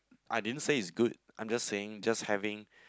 I didn't say is good I'm just saying just having